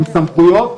עם סמכויות,